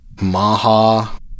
Maha